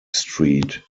street